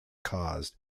caused